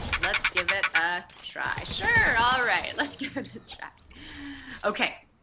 let's give it a try sure all right and let's give it a check okay